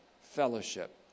fellowship